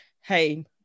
hey